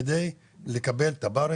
כדי לקבל תב"רים,